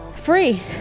free